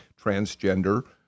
transgender